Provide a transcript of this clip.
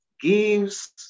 gives